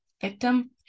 victim